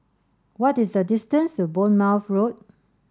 what is the distance to Bournemouth Road